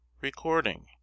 Recording